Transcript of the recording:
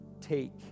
take